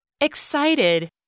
Excited